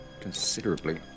considerably